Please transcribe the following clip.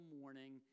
morning